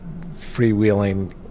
freewheeling